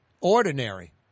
ordinary